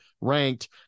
ranked